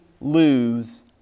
lose